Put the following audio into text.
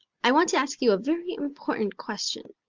i want to ask you a very important question.